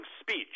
speech